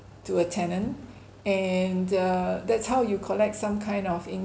to a tenant and err that's how you collect some kind of